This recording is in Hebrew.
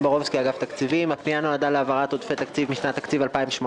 41-003. הפנייה נועדה להעברת עודפי תקציב משנת התקציב 2018